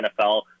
NFL